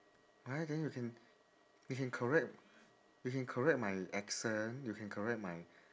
right then you can you can correct you can correct my accent you can correct my